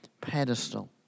pedestal